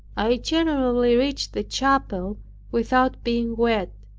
i generally reached the chapel without being wet.